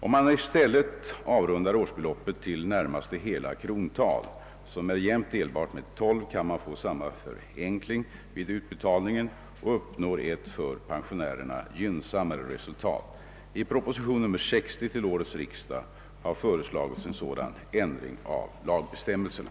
Om man i stället avrundar årsbeloppet till närmaste hela krontal som är jämnt delbart med tolv kan man få samma förenkling vid utbetalningen och uppnår ett för pensionärerna gynnsammare resultat. I proposition nr 60 till årets riksdag har föreslagits en sådan ändring av lagbestämmelserna.